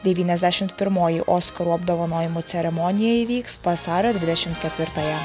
devyniasdešimt pirmoji oskarų apdovanojimų ceremonija įvyks vasario dvidešimt ketvirtąją